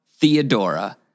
Theodora